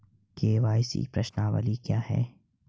KYC प्रश्नावली क्या है?